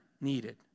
needed